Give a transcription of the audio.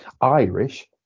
Irish